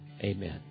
Amen